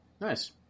Nice